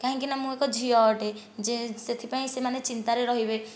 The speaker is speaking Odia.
କାହିଁକି ନା ମୁଁ ଏକ ଝିଅ ଅଟେ ଯେ ସେଥିପାଇଁ ସେମାନେ ଚିନ୍ତାରେ ରହିବେ